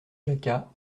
jacquat